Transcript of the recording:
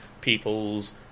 people's